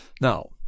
now